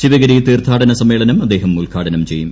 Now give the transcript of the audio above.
ശിവഗിരി തീർത്ഥാടന സമ്മേളനം അദ്ദേഹം ഉദ്ഘാടനം ചെയ്യും